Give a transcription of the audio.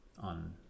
On